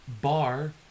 bar